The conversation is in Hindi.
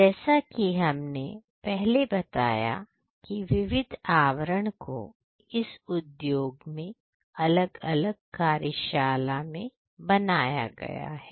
जैसा कि हमने पहले बताया कि विविध आवरण को इस उद्योग में अलग अलग कार्यशाला में बनाया गया है